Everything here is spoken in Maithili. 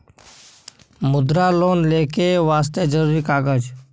मुद्रा लोन लेके वास्ते जरुरी कागज?